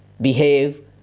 behave